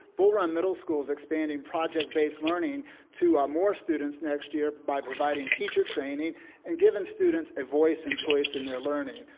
bullrun middle school is expanding project based learning to more students next year by providing teacher training and giving students a voice and choice in their learning.